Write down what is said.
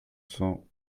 cents